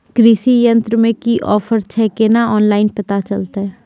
कृषि यंत्र मे की ऑफर छै केना ऑनलाइन पता चलतै?